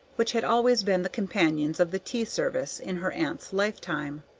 which had always been the companions of the tea-service in her aunt's lifetime.